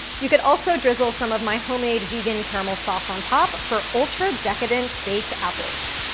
you could also drizzle some of my homemade vegan caramel sauce on top for ultra-decadent baked apples.